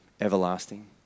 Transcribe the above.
everlasting